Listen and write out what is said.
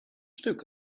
stuk